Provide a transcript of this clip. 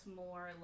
more